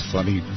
Funny